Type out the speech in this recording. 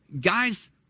guys